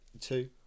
Two